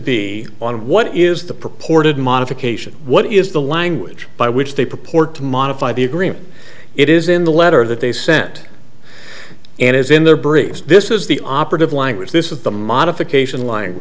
be on what is the purported modification what is the language by which they purport to modify the agreement it is in the letter that they sent and is in their briefs this is the operative language this is the modification l